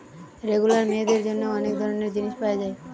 regular মেয়েদের জন্যে অনেক ধরণের জিনিস পায়া যায়